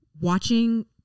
watching